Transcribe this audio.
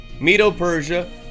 Medo-Persia